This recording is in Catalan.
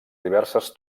diverses